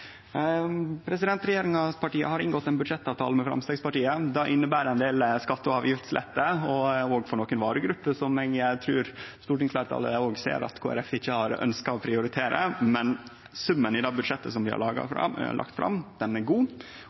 har inngått ein budsjettavtale med Framstegspartiet. Det inneber ein del skatte- og avgiftslettar, òg for nokre varegrupper som eg trur stortingsfleirtalet ser at Kristeleg Folkeparti ikkje har ønskt å prioritere. Men summen i budsjettet vi har lagt fram, er god,